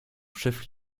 chef